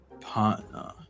partner